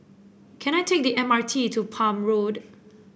can I take the M R T to Palm Road